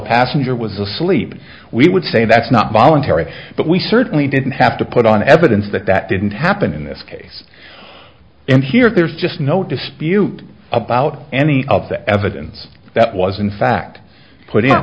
passenger was asleep we would say that's not voluntary but we certainly didn't have to put on evidence that that didn't happen in this case and here there's just no dispute about any of the evidence that was in fact